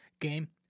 game